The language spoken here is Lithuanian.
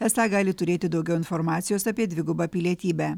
esą gali turėti daugiau informacijos apie dvigubą pilietybę